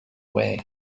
way